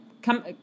Come